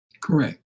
Correct